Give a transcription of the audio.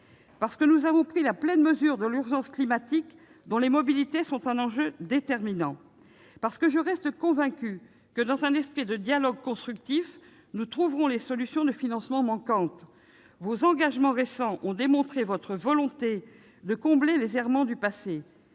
outre, nous avons pris la pleine mesure de l'urgence climatique, à l'aune de laquelle les mobilités sont un enjeu déterminant. Par ailleurs, je reste convaincue que, dans un esprit de dialogue constructif, nous trouverons les solutions de financement manquantes. Vos engagements récents ont démontré votre volonté de combler les errements du passé,